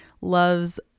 loves